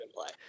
play